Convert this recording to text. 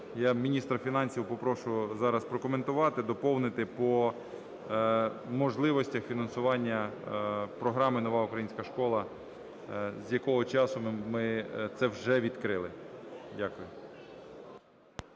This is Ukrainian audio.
Я міністра фінансів попрошу зараз прокоментувати, доповнити по можливостях фінансування програми "Нова українська школа", з якого часу ми це вже відкрили. Дякую.